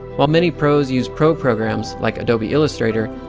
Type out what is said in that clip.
while many pros use pro programs like adobe illustrator.